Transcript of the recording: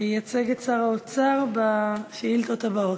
שייצג את שר האוצר בשאילתות הבאות.